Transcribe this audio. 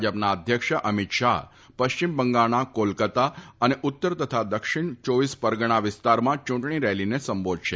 ભાજપના અધ્યક્ષ અમિત શાફ પશ્ચિમ બંગાળના કોલકતા અને ઉત્તર તથા દક્ષિણ ચોવીસ પરગણા વિસ્તારમાં ચૂંટણી રેલીને સંબોધશે